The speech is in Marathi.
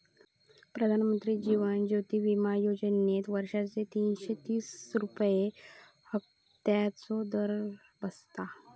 प्रधानमंत्री जीवन ज्योति विमा योजनेत वर्षाचे तीनशे तीस रुपये हफ्त्याचो दर बसता